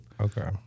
okay